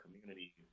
community